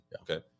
okay